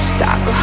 Stop